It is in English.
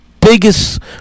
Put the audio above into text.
biggest